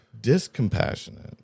Discompassionate